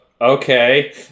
Okay